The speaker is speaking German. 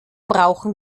brauchen